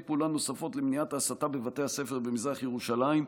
פעולה נוספות למניעת ההסתה בבתי הספר במזרח ירושלים.